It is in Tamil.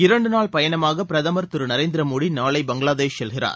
இரண்டு நாள் பயணமாக பிரதமர் திரு நரேந்திர மோடி நாளை பங்களாதேஷ் செல்கிறார்